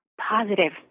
positive